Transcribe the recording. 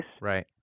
Right